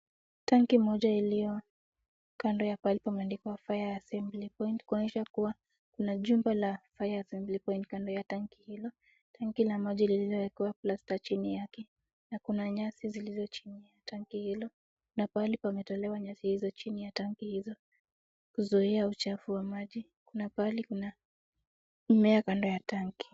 Taki moja iliyo kando ya pahali pameandikwa fire assembly point . Kuonyesha kuwa kuna jumba la fire assembly point kando ya tanki hilo. Tanki la maji lililowekwa plaster chini yake. Na kuna nyasi zilizo chini ya tanki hilo. Na pahali pametolewa nyasi hizo chini ya tanki hizo kuzuia uchafu wa maji. Kuna pahali kuna mmea kando ya tank .